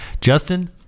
Justin